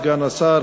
סגן השר,